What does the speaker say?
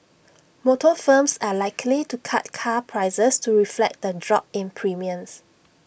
motor firms are likely to cut car prices to reflect the drop in premiums